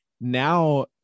now